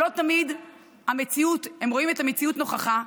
שלא תמיד הם רואים את המציאות נכוחה.